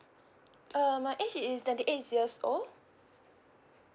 err my age is twenty eight years old